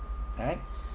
right